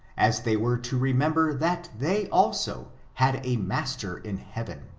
as they were to remember that they, also, had a master in heaven.